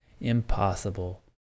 impossible